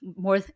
more